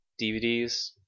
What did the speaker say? DVDs